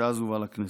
שאז הובא לכנסת.